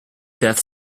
death